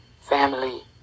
family